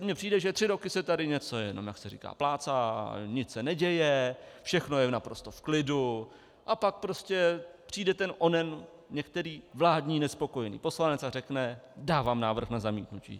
Mně přijde, že tři roky se tady něco jenom, jak se říká, plácá a nic se neděje, všechno je naprosto v klidu a pak prostě přijde onen některý vládní nespokojený poslanec a řekne: dávám návrh na zamítnutí.